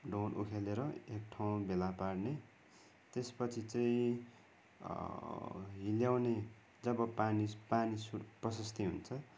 ढोड उखेलेर एक ठाउँ भेला पार्ने त्यसपछि चाहिँ हिल्याउने जब पानी पानी सु प्रसस्ती हुन्छ